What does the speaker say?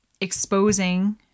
exposing